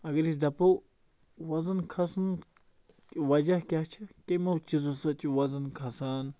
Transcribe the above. اگر أسۍ دَپو وَزن کھسنُک وجہ کیٛاہ چھُ کٕمو چیٖزو سۭتۍ چھُ وَزن کھسان